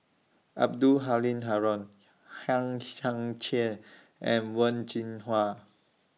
Abdul Halim Haron Hang Chang Chieh and Wen Jinhua